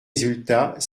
résultats